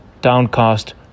Downcast